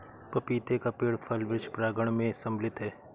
पपीते का पेड़ फल वृक्ष प्रांगण मैं सम्मिलित है